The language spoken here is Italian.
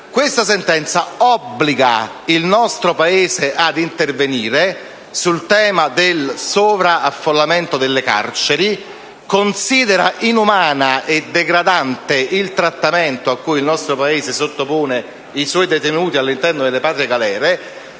Questa sentenza obbliga il nostro Paese ad intervenire sul tema del sovraffollamento nelle carceri e considera inumano e degradante il trattamento a cui il nostro Paese sottopone i suoi detenuti all'interno delle patrie galere.